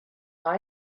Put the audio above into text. icbm